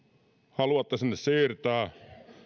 haluatte meidät sinne siirtää